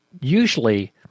usually